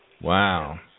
Wow